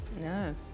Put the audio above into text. yes